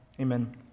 amen